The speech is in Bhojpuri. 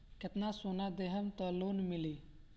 कितना सोना देहम त लोन मिली?